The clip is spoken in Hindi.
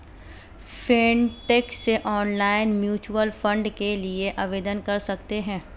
फिनटेक से ऑनलाइन म्यूच्यूअल फंड के लिए आवेदन कर सकते हैं